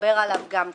שנדבר עליו גם כאן.